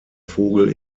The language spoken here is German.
vogel